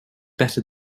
better